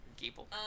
People